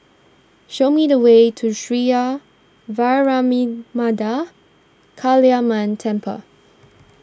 show me the way to Sria Vairavimada Kaliamman Temple